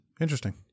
Interesting